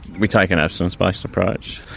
we take an abstinence-based approach.